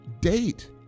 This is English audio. Date